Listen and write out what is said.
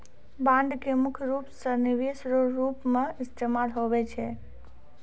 bond के मुख्य रूप से निवेश रो रूप मे इस्तेमाल हुवै छै